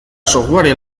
software